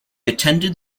attended